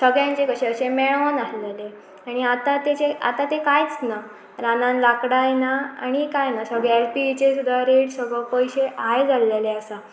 सगळ्यांचे कशें अशें मेळोन आसलेले आनी आतां तेचे आतां तें कांयच ना रानान लांकडाय ना आनी कांय ना सगळे एल पीचेर सुद्दा रेट सगळो पयशे हाय जाल्लेले आसा